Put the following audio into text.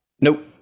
Nope